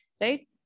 right